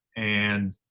and